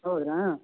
ಹೌದಾ